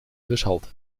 bushalte